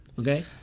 okay